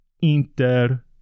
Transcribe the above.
inter